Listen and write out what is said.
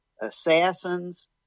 assassins